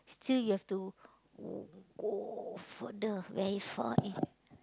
still you have to w~ go further very far end